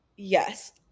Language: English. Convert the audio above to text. Yes